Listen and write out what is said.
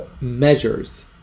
measures